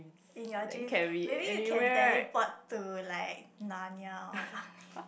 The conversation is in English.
in your dreams maybe you can teleport to like Narnia or something